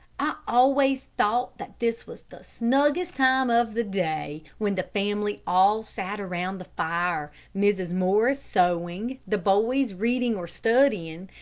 i always thought that this was the snuggest time of the day when the family all sat around the fire mrs. morris sewing, the boys reading or studying,